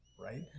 Right